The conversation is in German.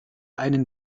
einen